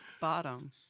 Bottom